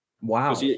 Wow